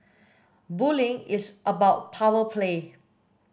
bullying is about power play